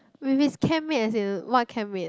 with his camp mate as in what camp mate